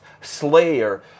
Slayer